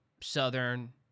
Southern